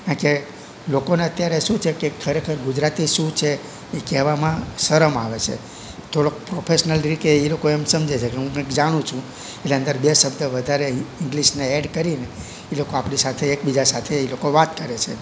કારણ કે લોકોને અત્યારે શું છે કે ખરેખર ગુજરાતી શું છે એ કહેવામાં શરમ આવે છે થોડોક પ્રોફેશનલ તરીકે એ લોકો એમ સમજે છે કે હું કંઇક જાણું છું એટલે અંદર બે શબ્દ વધારે ઈંગ્લીશના એડ કરીને એ લોકો આપણી સાથે એકબીજા સાથે એ લોકો વાત કરે છે